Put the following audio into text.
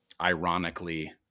ironically